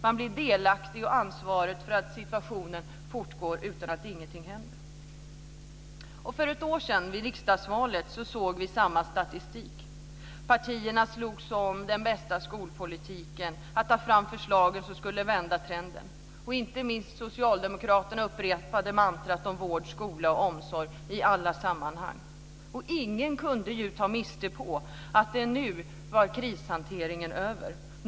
Man blir delaktig i ansvaret för att situationen fortgår utan att någonting händer. För ett år sedan, vid riksdagsvalet, såg vi samma statistik. Partierna slogs om att ha den bästa skolpolitiken och om att ta fram förslag som skulle vända trenden. Inte minst socialdemokraterna upprepade mantrat om vård, skola och omsorg i alla sammanhang. Ingen kunde ju ta miste på att krishanteringen nu var över.